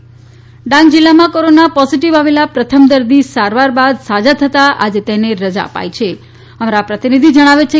ડાંગ ડાંગ જિલ્લામાં corona positive આવેલા પ્રથમ દર્દી સારવાર બાદ સાજા થતાં આજે રજા આપી અમારા પ્રતિનિધી જણાવે છે